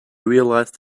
realized